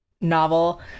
novel